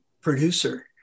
producer